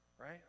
Right